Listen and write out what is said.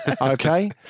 Okay